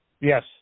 Yes